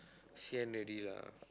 sian already lah